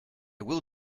will